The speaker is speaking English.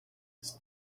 its